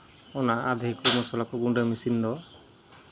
ᱚᱱᱟ ᱟᱫᱷᱮ ᱠᱚ ᱢᱚᱥᱞᱟ ᱠᱚ ᱜᱩᱥᱟᱹ ᱢᱮᱥᱤᱱ ᱫᱚ